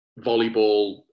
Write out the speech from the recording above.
Volleyball